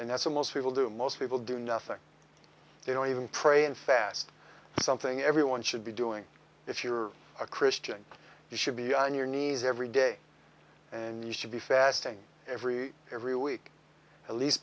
and that's a most people do most people do nothing they don't even pray and fast something everyone should be doing if you're a christian you should be on your knees every day and you should be fasting every every week at least